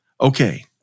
Okay